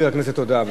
נתקבלה.